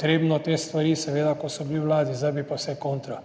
treba te stvari, ko so bili na Vladi, zdaj bi pa vse kontra.